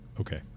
Okay